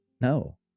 No